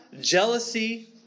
jealousy